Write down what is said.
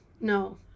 No